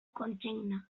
kontsigna